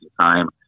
time